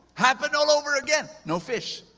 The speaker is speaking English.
happened all over again. no fish.